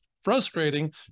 frustrating